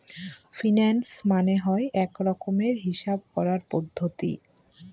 finance মানে হয় এক রকমের হিসাব করার পদ্ধতি